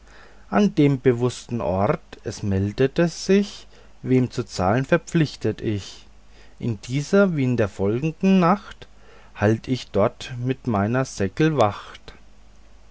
an dem bewußten ort es melde sich wem zu zahlen verpflichtet ich in dieser wie in der folgenden nacht halt ich dort mit meinem säckel wacht